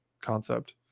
concept